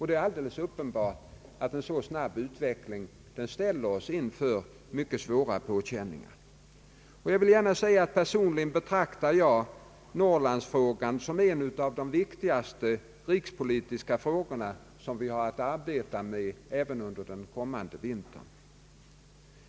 Det är alldeles uppenbart att en så hastig utveckling också ställer oss inför mycket stora påfrestningar. Personligen betraktar jag Norrlandsfrågan som en av de viktigaste rikspolitiska frågor som vi har att arbeta med även under den kommande vintern.